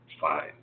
fine